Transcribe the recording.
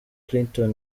clinton